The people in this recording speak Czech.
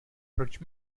proč